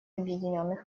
объединенных